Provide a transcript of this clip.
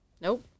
Nope